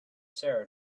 sarah